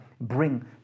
bring